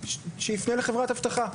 שיפנה לחברת אבטחה".